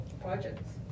projects